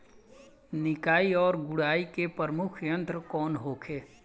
निकाई और गुड़ाई के प्रमुख यंत्र कौन होखे?